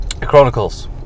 Chronicles